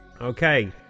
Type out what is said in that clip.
Okay